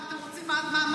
גם אתם רוצים, מה?